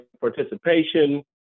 participation